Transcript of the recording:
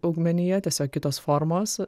augmenija tiesiog kitos formos